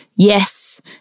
Yes